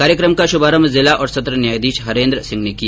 कार्यक्रम का शुभारम्भ जिला और सत्र न्यायाधीश हरेन्द्र सिंह ने किया